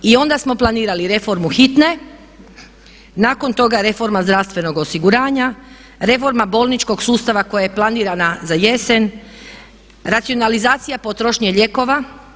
I onda smo planirali reformu hitne, nakon toga reforma zdravstvenog osiguranja, reforma bolničkog sustava koja je planirana na jesen, racionalizacija potrošnje lijekova.